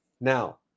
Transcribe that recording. Now